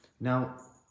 Now